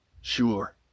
Sure